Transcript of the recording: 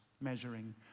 measuring